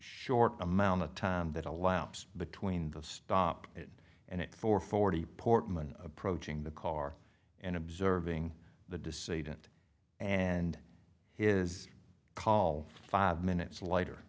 short amount of time that a louse between the stop it and it for forty portman approaching the car and observing the deceit it and is call five minutes later